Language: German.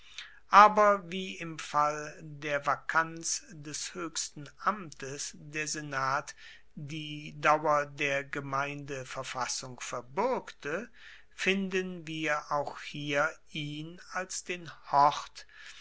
aber wie im fall der vakanz des hoechsten amtes der senat die dauer der gemeindeverfassung verbuergte finden wir auch hier ihn als den hort